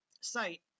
site